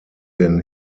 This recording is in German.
den